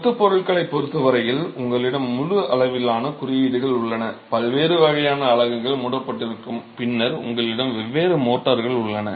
கொத்து பொருட்களைப் பொறுத்த வரையில் உங்களிடம் முழு அளவிலான குறியீடுகள் உள்ளன பல்வேறு வகையான அலகுகள் மூடப்பட்டிருக்கும் பின்னர் உங்களிடம் வெவ்வேறு மோர்டார்கள் உள்ளன